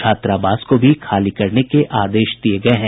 छात्रावास को भी खाली करने के आदेश दिये गये हैं